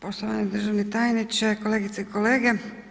Poštovani državni tajniče, kolegice i kolege.